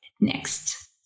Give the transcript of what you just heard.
next